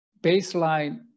baseline